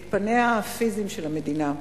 את פניה הפיזיים של המדינה.